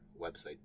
website